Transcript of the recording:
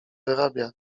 wyrabia